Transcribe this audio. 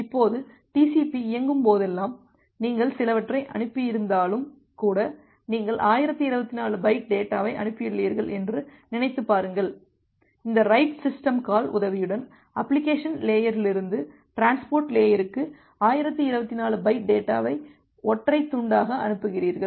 இப்போது TCP இயங்கும் போதெல்லாம் நீங்கள் சிலவற்றை அனுப்பியிருந்தாலும் கூட நீங்கள் 1024 பைட் டேட்டாவை அனுப்பியுள்ளீர்கள் என்று நினைத்துப் பாருங்கள் இந்த ரைட் சிஸ்டம் கால் உதவியுடன் அப்ளிகேஷன் லேயரிலிருந்து டிரான்ஸ்போர்ட் லேயர் க்கு 1024 பைட் டேட்டாவை ஒற்றை துண்டாக அனுப்புகிறீர்கள்